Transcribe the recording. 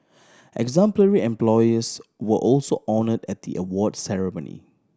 exemplary employers were also honoured at the award ceremony